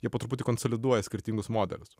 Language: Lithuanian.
jie po truputį konsoliduoja skirtingus modelius